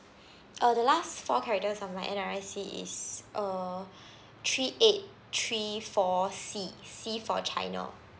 uh the last four characters of my N_R_I_C is uh three eight three four C C for china